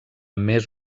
més